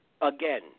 again